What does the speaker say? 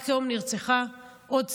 רק היום נרצחה עוד צעירה.